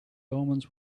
omens